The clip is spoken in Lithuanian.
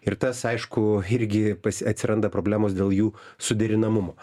ir tas aišku irgi atsiranda problemos dėl jų suderinamumo